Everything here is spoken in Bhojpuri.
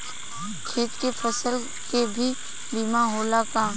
खेत के फसल के भी बीमा होला का?